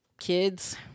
kids